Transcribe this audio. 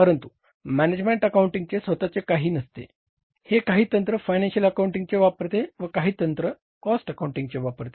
परंतु मॅनेजमेंट अकाउंटिंगचे स्वतःचे काही नसते हे काही तंत्र फायनॅन्शियल अकाउंटिंगचे वापरते व काही तंत्रे कॉस्ट अकाउंटिंगचे वापरते